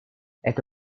это